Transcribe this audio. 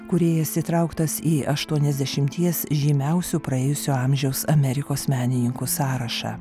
kūrėjas įtrauktas į aštuoniasdešimties žymiausių praėjusio amžiaus amerikos menininkų sąrašą